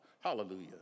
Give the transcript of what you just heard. Hallelujah